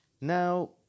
Now